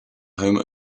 home